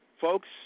Folks